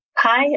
Hi